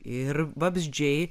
ir vabzdžiai